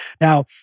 Now